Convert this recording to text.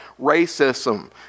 Racism